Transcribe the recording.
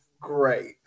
great